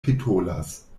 petolas